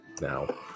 now